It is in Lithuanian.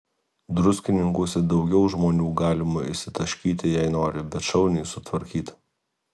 druskininkuose daugiau žmonių galima išsitaškyti jei nori bet šauniai sutvarkyta